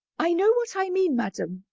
i know what i mean, madam,